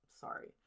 Sorry